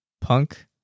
punk